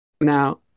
Now